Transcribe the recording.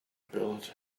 ability